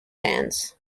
bands